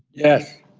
yes.